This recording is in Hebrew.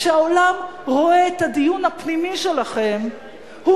כשהעולם רואה את הדיון הפנימי שלכם הוא